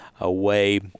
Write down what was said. away